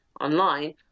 online